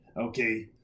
okay